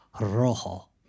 rojo